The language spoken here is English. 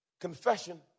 Confession